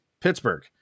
Pittsburgh